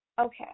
Okay